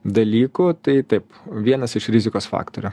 dalykų tai taip vienas iš rizikos faktorių